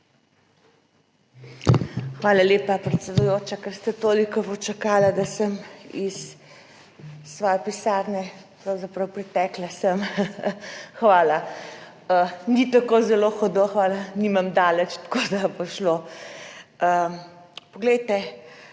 Hvala lepa, predsedujoča, ker ste toliko počakali, da sem iz svoje pisarne pravzaprav pretekla sem. Hvala. Ni tako zelo hudo. Hvala. Nimam daleč, tako da bo šlo. Gre